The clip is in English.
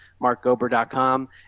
markgober.com